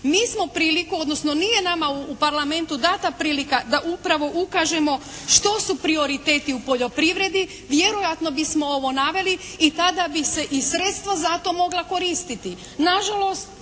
nije nama u Parlamentu dana prilika da upravo ukažemo što su prioriteti u poljoprivredi, vjerojatno bismo ovo naveli i rada bi se i sredstva za to mogla koristiti.